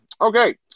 Okay